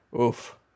oof